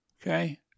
okay